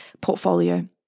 portfolio